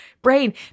brain